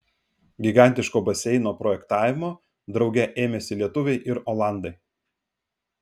gigantiško baseino projektavimo drauge ėmėsi lietuviai ir olandai